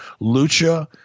Lucha